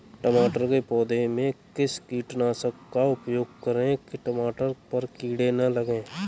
टमाटर के पौधे में किस कीटनाशक का उपयोग करें कि टमाटर पर कीड़े न लगें?